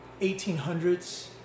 1800s